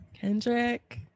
Kendrick